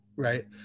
Right